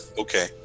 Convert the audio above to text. Okay